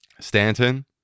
Stanton